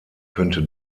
könnte